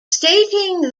stating